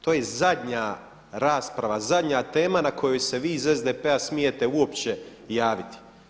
To je zadnja rasprava, zadnja tema na kojoj se vi iz SDP-a smijete uopće javiti.